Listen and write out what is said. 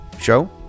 show